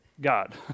God